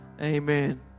Amen